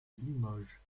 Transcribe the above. limoges